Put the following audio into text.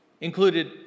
included